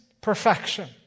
perfection